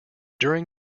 during